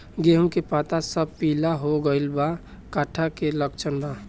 गेहूं के पता सब पीला हो गइल बा कट्ठा के लक्षण बा?